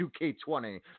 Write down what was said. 2K20